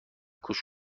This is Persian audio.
گوش